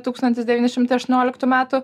tūkstantis devyni šimtai aštuonioliktų metų